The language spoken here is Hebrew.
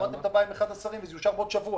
שמעתם את הבעיה עם אחד השרים וזה יאושר בעוד שבוע,